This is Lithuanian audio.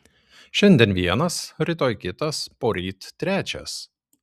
šiandien vienas rytoj kitas poryt trečias